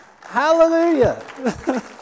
hallelujah